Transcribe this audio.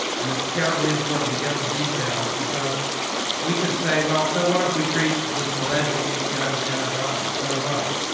and it's terribly important to get the details because we could say, well, so what if we treat this alleged uti with antibiotics? so what?